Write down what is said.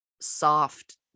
soft